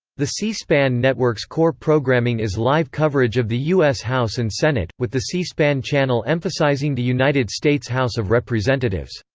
the c-span network's core programming is live coverage of the u s. house and senate, with the c-span channel emphasizing the united states house of representatives.